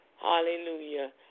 Hallelujah